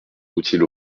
routiers